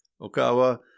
Okawa